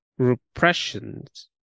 repressions